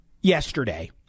yesterday